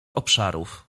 obszarów